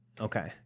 Okay